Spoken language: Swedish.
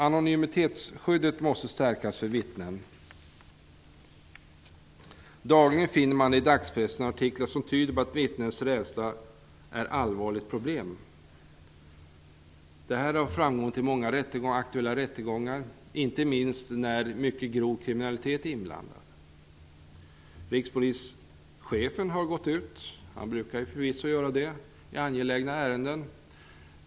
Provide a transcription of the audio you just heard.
Anonymitetsskyddet för vittnen måste stärkas. Dagligen finner man artiklar i dagspressen som tyder på att vittnens rädsla är ett allvarligt problem. Detta har framkommit i många aktuella rättegångar, inte minst när mycket grov kriminalitet är inblandad. Rikspolischefen har uttalat sig i frågan, vilket han förvisso brukar göra i angelägna ärenden.